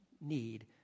need